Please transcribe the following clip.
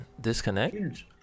disconnect